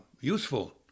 useful